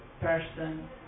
person